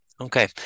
Okay